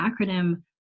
acronym